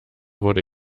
wurde